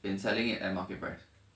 in selling it at market price